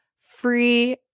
free